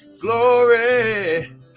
Glory